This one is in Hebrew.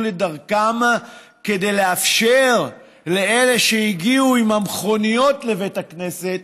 לדרכם כדי לאפשר לאלה שהגיעו עם המכוניות לבית הכנסת